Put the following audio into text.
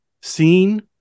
seen